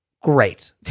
Great